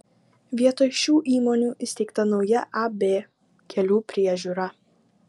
vietoj šių įmonių įsteigta nauja ab kelių priežiūra